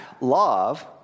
love